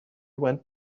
went